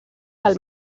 del